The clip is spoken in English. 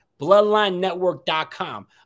bloodlinenetwork.com